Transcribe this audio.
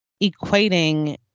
equating